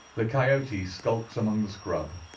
the coyote skulks among the scrub,